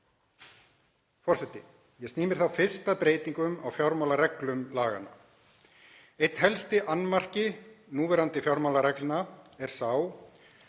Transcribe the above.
Forseti. Ég sný mér þá fyrst að breytingum á fjármálareglum laganna. Einn helsti annmarki núverandi fjármálareglna er sá